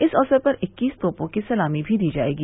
इस अवसर पर इक्कीस तोपों की सलामी भी दी जायेगी